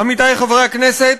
עמיתי חברי הכנסת,